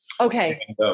Okay